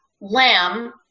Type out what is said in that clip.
lamb